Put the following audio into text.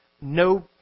no